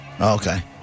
Okay